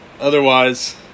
Otherwise